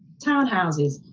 townhouses.